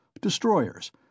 destroyers